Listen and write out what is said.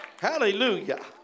Hallelujah